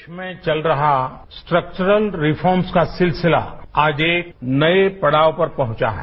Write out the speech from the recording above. देश में चल रहा स्ट्रक्चरल रिफॉर्मस का सिलसिला आज एक नये पड़ाव पर पहुंचा है